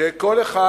שכל אחד